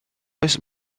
oes